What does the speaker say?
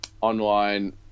online